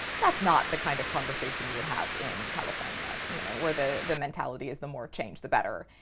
that's not the kind of conversation you would have in california you know where the the mentality is the more change the better.